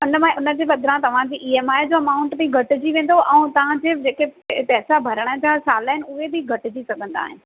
हुन में हुन जे बदिरां तव्हांजी ई एम आई जो अमाउंट बि घटिजी वेंदो ऐं तव्हांजे जेके पैसा भरण जा साल आहिनि उहे बि घटिजी सघंदा आहिनि